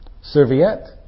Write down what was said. serviette